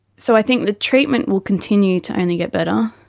so i think the treatment will continue to only get better,